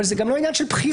אבל זה גם לא עניין של בחירה,